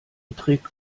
beträgt